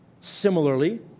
similarly